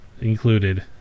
included